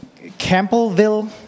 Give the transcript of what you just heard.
Campbellville